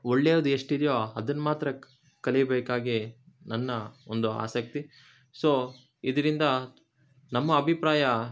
ಒಳ್ಳೆಯ್ವ್ದ್ ಎಷ್ಟಿದೆಯೋ ಅದನ್ನು ಮಾತ್ರ ಕಲಿಬೇಕಾಗಿ ನನ್ನ ಒಂದು ಆಸಕ್ತಿ ಸೊ ಇದರಿಂದ ನಮ್ಮ ಅಭಿಪ್ರಾಯ